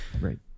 Right